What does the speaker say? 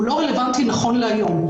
הוא לא רלוונטי נכון להיום.